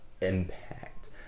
impact